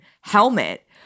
helmet